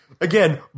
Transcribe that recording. Again